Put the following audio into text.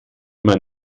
man